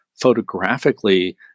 photographically